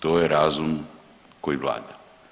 To je razum koji vlada.